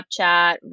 Snapchat